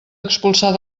expulsar